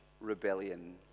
rebellion